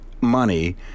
money